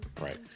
Right